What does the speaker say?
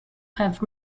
have